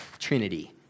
Trinity